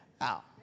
out